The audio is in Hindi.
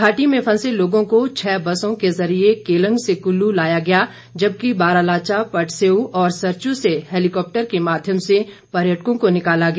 घाटी में फंसे लोगों को छः बसों के जरिए केलंग से कुल्लू लाया गया जबकि बारालाचा पटसेओ और सरचु से हेलिकॉप्टर के माध्यम से पर्यटकों को निकाला गया